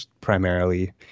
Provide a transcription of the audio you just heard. primarily